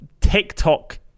TikTok